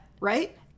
right